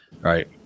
Right